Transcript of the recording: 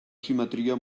simetria